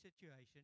situation